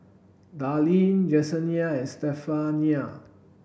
Darlene Jesenia and Stephania